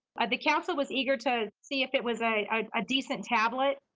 the council was eager to see if it was a ah decent tablet.